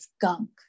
gunk